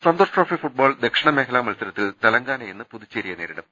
Santosh Trophy football ദക്ഷിണമേഖലാ മത്സരത്തിൽ തെലങ്കാന ഇന്ന് പുതുച്ചേരിയെ നേരിടും